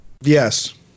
Yes